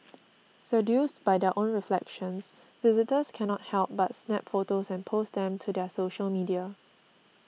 seduced by their own reflections visitors cannot help but snap photos and post them to their social media